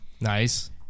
Nice